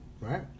Right